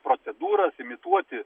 procedūras imituoti